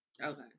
Okay